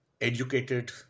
educated